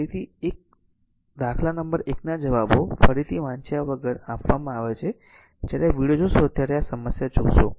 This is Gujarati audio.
તેથી દાખલા 1ના જવાબો ફરીથી વાંચ્યા વગર આપવામાં આવે છે જ્યારે આ વિડિઓ જોશો ત્યારે આ સમસ્યા જોશો